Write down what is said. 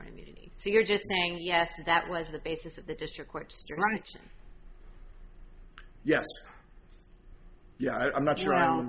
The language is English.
so you're just saying yes that was the basis of the district quite right yes yeah i'm not sure i don't